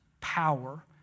power